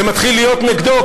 זה מתחיל להיות נגדו,